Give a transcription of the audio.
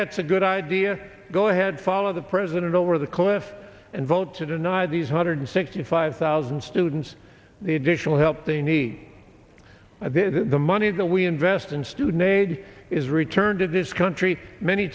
that's a good idea go ahead follow the president over the cliff and vote to deny these hundred sixty five thousand students the additional help they need at the money that we invest in student aid is returned to this country many